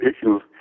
issues